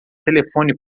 telefone